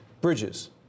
Bridges